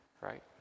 right